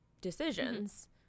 decisions